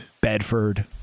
Bedford